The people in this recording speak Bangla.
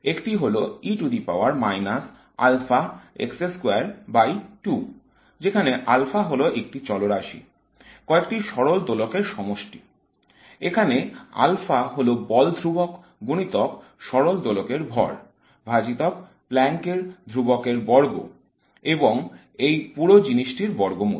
একটি হল যেখানে আলফা হল একটি চলরাশি - কয়েকটি সরল দোলনের সমষ্টি এখানে আলফা হল বল ধ্রুবক গুণিতক সরল দোলকের ভর ভাজিতক প্লাঙ্কের ধ্রুবকের Planck's constant বর্গ এবং এই পুরো জিনিসটির বর্গমূল